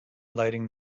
lighting